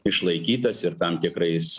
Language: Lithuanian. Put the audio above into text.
išlaikytas ir tam tikrais